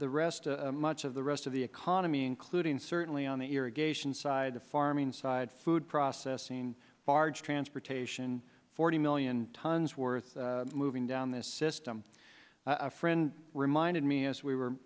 the rest much of the rest of the economy including certainly on the irrigation side the farming side food processing barge transportation forty million tons worth moving down this system a friend reminded me as we were